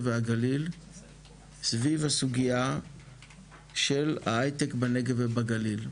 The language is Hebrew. והגליל סביב הסוגיה של ההייטק בנגב ובגליל,